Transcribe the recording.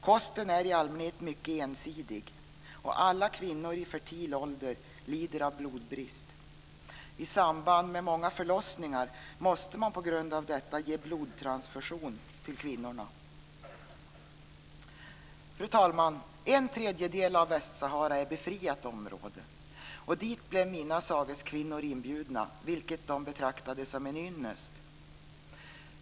Kosten är i allmänhet mycket ensidig, och alla kvinnor i fertil ålder lider av blodbrist. I samband med många förlossningar måste man på grund av detta ge blodtransfusion till kvinnorna. Fru talman! En tredjedel av Västsahara är befriat område. Dit blev mina sageskvinnor inbjudna, vilket de betraktade som en ynnest.